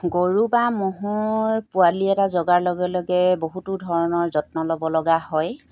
গৰু বা ম'হৰ পোৱালি এটা জগাৰ লগে লগে বহুতো ধৰণৰ যত্ন ল'ব লগা হয়